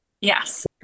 Yes